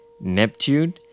Neptune